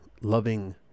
loving